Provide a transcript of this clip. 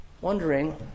wondering